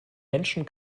menschen